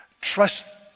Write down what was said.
trust